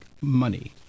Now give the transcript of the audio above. money